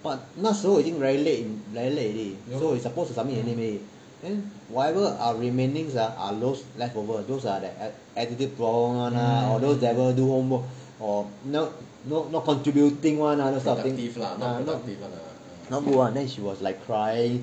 !wah! 那时已经 very late in very late already so suppose to submit the team already then whatever are remaining ah are those leftover those are the attitude problem [one] lah or those never do homework or no not contributing [one] lah ah not good [one] then she was like crying